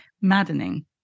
maddening